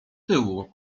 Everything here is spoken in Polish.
tyłu